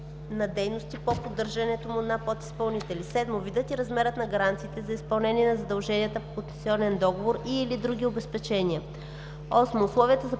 по поддържането му на подизпълнители; 7. видът и размерът на гаранциите за изпълнение на задълженията по концесионния договор и/или други обезпечения; 8. условията за